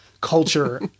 culture